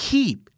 Keep